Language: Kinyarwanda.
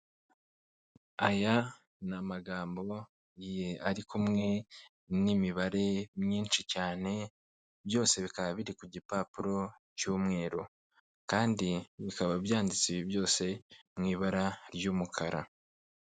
Aya ni amagambo ye ari kumwe n'imibare myinshi cyane, byose bikaba biri ku gipapuro cy'umweru kandi bikaba byanditse ibi byose mu ibara ry'umukara.